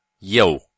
Yo